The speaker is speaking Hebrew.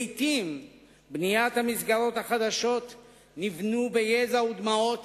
לעתים המסגרות החדשות נבנו ביזע ודמעות